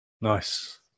Nice